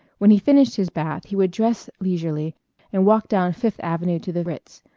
when he finished his bath he would dress leisurely and walk down fifth avenue to the ritz,